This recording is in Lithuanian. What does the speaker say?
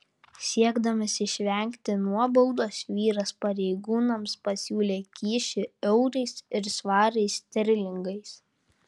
siekdamas išvengti nuobaudos vyras pareigūnams pasiūlė kyšį eurais ir svarais sterlingais